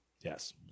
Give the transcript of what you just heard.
Yes